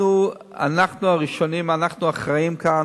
אנחנו הראשונים, אנחנו אחראים כאן,